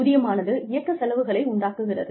ஊதியமானது இயக்க செலவுகளை உண்டாக்குகிறது